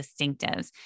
distinctives